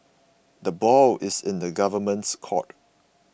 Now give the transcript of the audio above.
the ball is in the Government's court